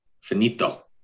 finito